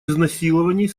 изнасилований